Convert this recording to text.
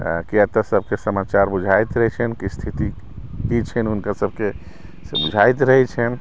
क्या तऽ सभके समाचार बुझाइत रहै छनि की स्थिति की छनि हुनकर सभके से बुझाइत रहै छनि